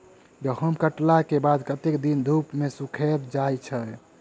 गहूम कटला केँ बाद कत्ते दिन धूप मे सूखैल जाय छै?